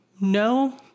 no